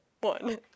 one